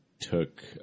took